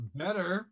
better